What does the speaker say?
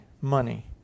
money